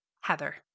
Heather